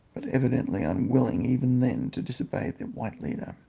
but evidently unwilling even then to disobey their white leader.